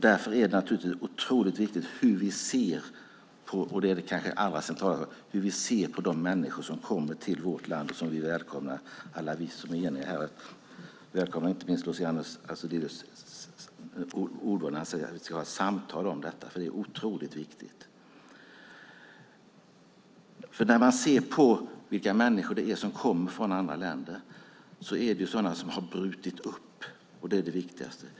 Därför är det naturligtvis otroligt viktigt - och det kanske är det allra mest centrala - hur vi ser på de människor som kommer till vårt land och som alla vi som är eniga här välkomnar. Vi välkomnar inte minst Luciano Astudillos ordval om att vi ska ha ett samtal om detta, för det är otroligt viktigt. När vi ser på vilka människor det är som kommer från andra länder ser vi att det är sådana som har brutit upp. Det är det viktigaste.